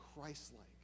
Christ-like